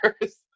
first